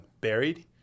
buried